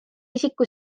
isiku